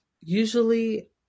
usually